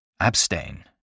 Abstain